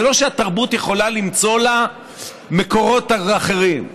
זה לא שהתרבות יכולה למצוא לה מקורות אחרים.